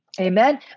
Amen